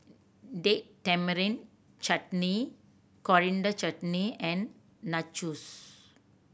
Date Tamarind Chutney Coriander Chutney and Nachos